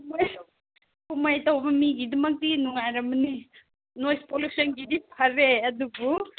ꯇꯧꯕ ꯃꯤꯒꯤꯗꯃꯛꯇꯤ ꯅꯨꯡꯉꯥꯏꯔꯝꯃꯅꯤ ꯅꯣꯏꯁ ꯄꯨꯂꯨꯁꯟꯒꯤꯗꯤ ꯐꯔꯦ ꯑꯗꯨꯕꯨ